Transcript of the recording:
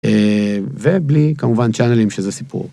ובלי כמובן צ'אנלים שזה סיפור.